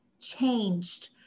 changed